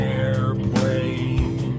airplane